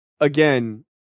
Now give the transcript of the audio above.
again